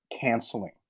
canceling